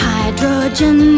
Hydrogen